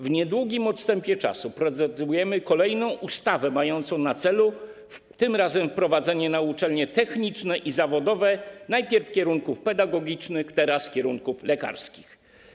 W niedługim odstępie czasu prezentujemy kolejną ustawę, tym razem mającą na celu wprowadzenie na uczelnie techniczne i zawodowe najpierw kierunków pedagogicznych, teraz kierunków lekarskich.